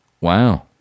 Wow